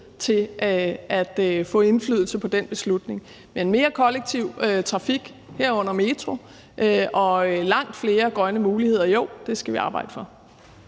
til at få indflydelse på den beslutning. Men jo, mere kollektiv trafik, herunder metro, og langt flere grønne muligheder skal vi arbejde for.